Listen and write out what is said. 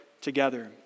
together